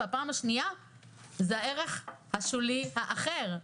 ופעם שנייה בערך השולי האחר,